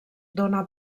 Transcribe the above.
dóna